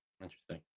Interesting